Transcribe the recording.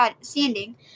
standing